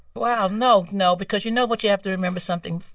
well, no. no, because, you know, what you have to remember something,